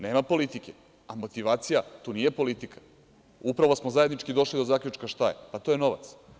Nema politike, a motivacija tu nije politika, upravo smo zajednički došli do zaključka, a to je novac.